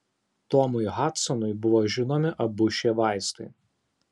tomui hadsonui buvo žinomi abu šie vaistai